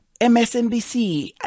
MSNBC